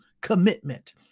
Commitment